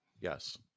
Yes